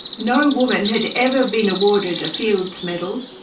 no woman had ever been awarded a fields medal.